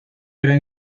era